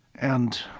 and,